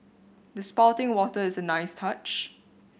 the spouting water is a nice touch